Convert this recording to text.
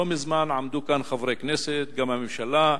לא מזמן עמדו כאן חברי כנסת, וגם הממשלה,